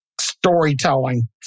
storytelling